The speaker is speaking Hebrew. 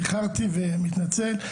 איחרתי ומתנצל.